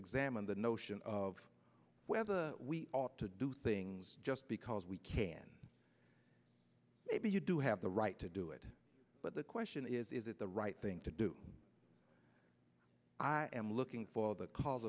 examine the notion of whether we ought to do things just because we can maybe you do have the right to do it but the question is is it the right thing to do i am looking for that caus